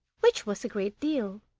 which was a great deal.